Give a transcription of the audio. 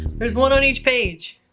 there's one on each page.